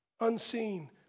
unseen